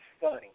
funny